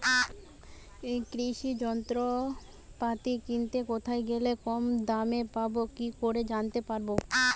কৃষি যন্ত্রপাতি কিনতে কোথায় গেলে কম দামে পাব কি করে জানতে পারব?